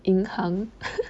银行